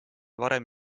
varem